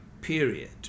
period